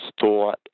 thought